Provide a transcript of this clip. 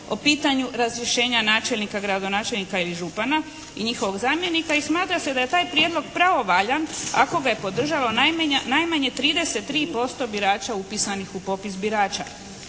o pitanju razrješenja načelnika, gradonačelnika ili župana i njihovog zamjenika i smatra se da je taj prijedlog pravovaljan ako ga je podržalo najmanje 33% birača upisanih u popis birača.